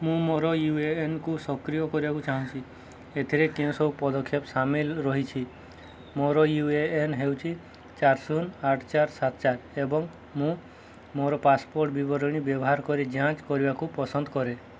ମୁଁ ମୋର ୟୁଏଏନ୍କୁ ସକ୍ରିୟ କରିଆକୁ ଚାହୁଁଛି ଏଥିରେ କେଉଁ ସବୁ ପଦକ୍ଷେପ ସାମିଲ ରହିଛି ମୋର ୟୁ ଏ ଏନ୍ ହେଉଛି ଚାରି ଶୂନ ଆଠ ଚାରି ସାତ ଚାରି ଏବଂ ମୁଁ ମୋର ପାସପୋର୍ଟ୍ ବିବରଣୀ ବ୍ୟବହାର କରି ଯାଞ୍ଚ କରିବାକୁ ପସନ୍ଦ କରେ